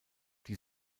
die